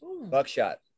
Buckshot